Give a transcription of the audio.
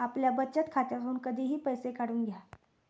आपल्या बचत खात्यातून कधीही पैसे काढून घ्या